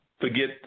forget